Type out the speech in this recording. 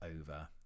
over